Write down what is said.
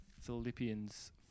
Philippians